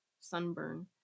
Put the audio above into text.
sunburn